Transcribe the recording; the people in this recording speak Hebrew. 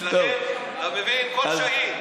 אצלכם, אתה מבין, כל שהיד.